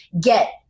get